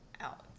out